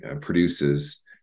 produces